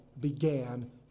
began